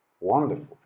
Wonderful